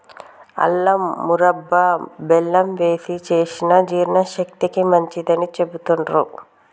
అల్లం మురబ్భ బెల్లం వేశి చేసిన జీర్ణశక్తికి మంచిదని చెబుతాండ్రు